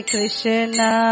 Krishna